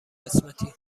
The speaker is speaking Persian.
قسمتی